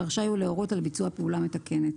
ורשאי הוא להורות על ביצוע פעולה מתקנת.